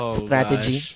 strategy